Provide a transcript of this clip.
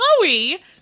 Chloe